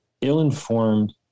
ill-informed